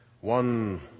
one